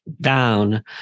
down